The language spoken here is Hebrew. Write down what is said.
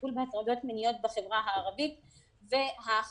לטיפול בהטרדות מיניות בחברה הערבית והחרדית.